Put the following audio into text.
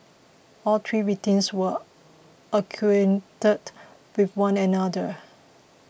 all three victims were acquainted with one another